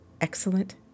excellent